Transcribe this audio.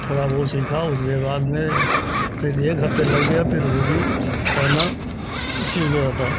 थोड़ा बहुत सीखा उसके बाद में फिर एक हफ्ते लग गया फिर वह भी तैरना सीख गया था